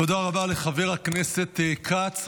תודה רבה לחבר הכנסת כץ.